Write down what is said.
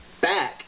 back